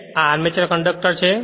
અને આ armature conductor છે